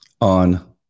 on